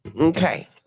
okay